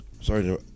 sorry